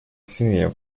senior